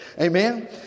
Amen